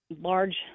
large